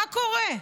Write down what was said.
מה קורה?